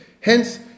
Hence